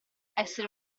essere